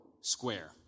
square